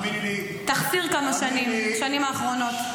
תחסיר כמה שנים, שנים אחרונות.